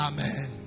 Amen